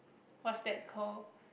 what's that call